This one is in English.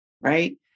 right